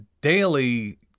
daily